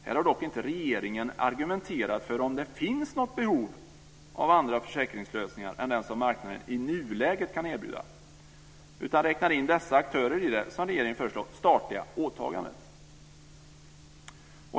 Här har regeringen dock inte argumenterat för att det finns något behov av andra försäkringslösningar än den som marknaden i nuläget kan erbjuda, utan räknar in dessa aktörer i det, som regeringen föreslår, statliga åtagandet.